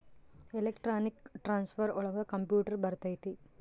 electronic transfer ಒಳಗ computer ಬರತೈತಿ